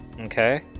Okay